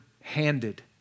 handed